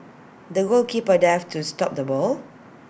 the goalkeeper dived to stop the ball